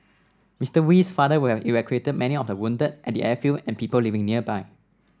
Mister Wee's father would have evacuated many of the wounded at the airfield and people living nearby